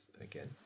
again